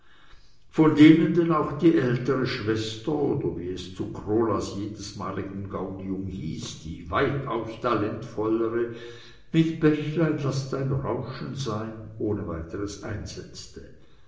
von denen denn auch die ältere schwester oder wie es zu krolas jedesmaligem gaudium hieß die weitaus talentvollere mit bächlein laß dein rauschen sein ohne weiteres einsetzte